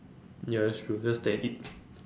ya that's true cause technically